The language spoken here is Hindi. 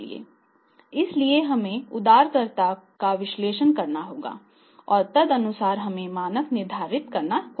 इसलिए हमें उधारकर्ताओं का विश्लेषण करना होगा और तदनुसार हमें मानक निर्धारित करना होगा